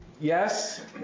yes